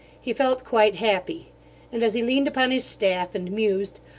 he felt quite happy and as he leaned upon his staff and mused,